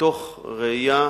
מתוך ראייה